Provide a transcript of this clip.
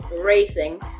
racing